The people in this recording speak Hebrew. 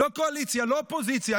לא קואליציה ולא אופוזיציה.